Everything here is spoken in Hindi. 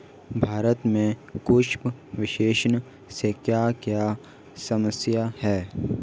भारत में कृषि विपणन से क्या क्या समस्या हैं?